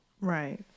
Right